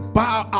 bow